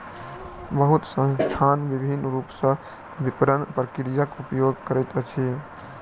बहुत संस्थान विभिन्न रूप सॅ विपरण प्रक्रियाक उपयोग करैत अछि